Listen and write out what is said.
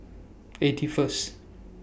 eighty First